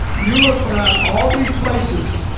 you look around all these places